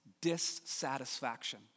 dissatisfaction